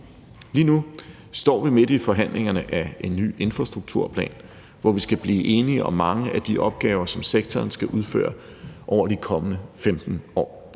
Lige nu står vi midt i forhandlingerne om en ny infrastrukturplan, hvor vi skal blive enige om mange af de opgaver, som sektoren skal udføre over de kommende 15 år.